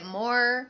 more